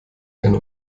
gerne